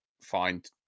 find